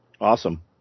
Awesome